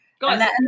Guys